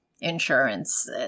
insurance